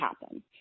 happen